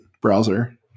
browser